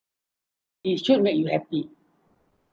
it should make you happy